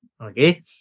Okay